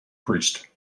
priest